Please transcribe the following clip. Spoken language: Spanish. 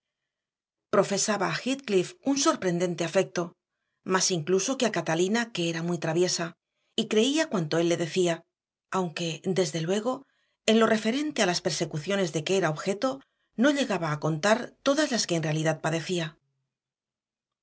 huérfano como él le llamaba se enfureció profesaba a heathcliff un sorprendente afecto más incluso que a catalina que era muy traviesa y creía cuanto él le decía aunque desde luego en lo referente a las persecuciones de que era objeto no llegaba a contar todas las que en realidad padecía